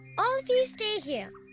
all of you stay here.